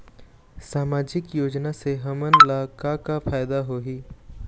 सामाजिक योजना से हमन ला का का फायदा होही?